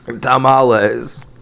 Tamales